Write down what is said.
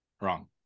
Wrong